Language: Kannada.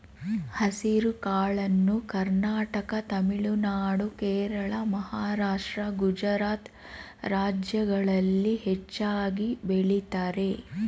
ಹೆಸರುಕಾಳನ್ನು ಕರ್ನಾಟಕ ತಮಿಳುನಾಡು, ಕೇರಳ, ಮಹಾರಾಷ್ಟ್ರ, ಗುಜರಾತ್ ರಾಜ್ಯಗಳಲ್ಲಿ ಹೆಚ್ಚಾಗಿ ಬೆಳಿತರೆ